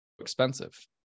expensive